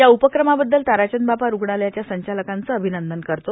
या उपक्रमाबद्दल ताराचंद बापा रुग्णालयाच्या संचालकांचे अभिनंदन करतो